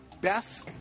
Beth